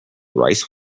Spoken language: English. rice